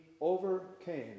overcame